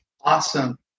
Awesome